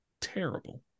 terrible